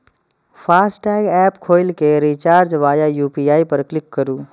FASTag app खोलि कें recharge via UPI पर क्लिक करू